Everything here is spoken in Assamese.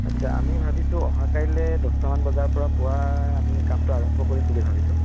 আচ্ছা আমি ভাবিছোঁ অহা কাইলৈ দহটামান বজাৰ পৰা পুৱা আমি কামটো আৰম্ভ কৰিম বুলি ভাবিছোঁ